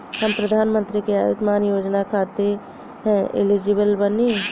हम प्रधानमंत्री के अंशुमान योजना खाते हैं एलिजिबल बनी?